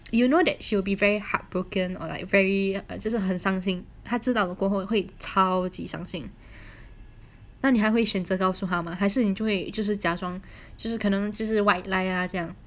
you know that she will be very heartbroken or like very 就是很伤心他知道过后会超级伤心那你还会选择告诉她吗还是你会就是家装就是可能就是 white lie 啊这样子